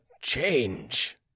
change